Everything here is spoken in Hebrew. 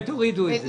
תורידו את זה.